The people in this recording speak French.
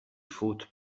fautes